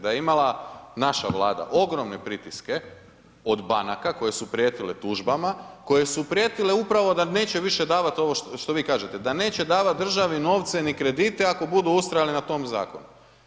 Da je imala naša Vlada ogromne pritiske od banaka koje su prijetile tužbama, koje su prijetile upravo da neće više davati ovo što vi kažete, da neće davati državi novce ni kredite ako budu ustrajali na tom zakonu.